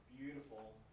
Beautiful